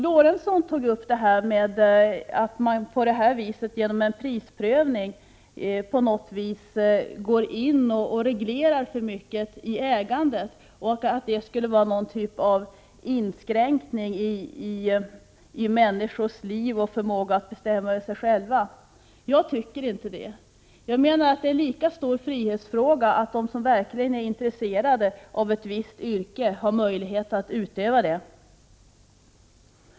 Lorentzon sade att man genom en prisprövning går in och reglerar för mycket i ägandet och att det är en inskränkning i människors liv och förmåga att bestämma över sig själva. Jag tycker inte det. Det är en lika stor frihetsfråga att de som verkligen är intresserade av ett visst yrke har möjlighet att utöva det.